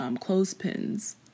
clothespins